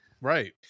Right